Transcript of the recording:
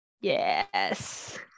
yes